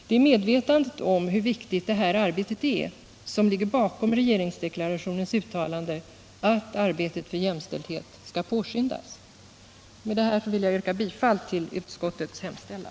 Det är medvetandet om hur viktigt det här arbetet är som ligger bakom regeringsdeklarationens uttalande att arbetet för jämställdhet skall påskyndas. Med det anförda vill jag yrka bifall till utskottets hemställan.